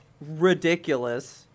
Ridiculous